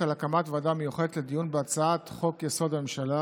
על הקמת ועדה מיוחדת לדיון בהצעת חוק-יסוד: הממשלה